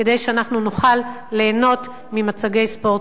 כדי שאנחנו נוכל ליהנות ממצגי ספורט,